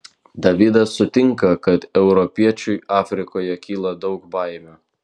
davidas sutinka kad europiečiui afrikoje kyla daug baimių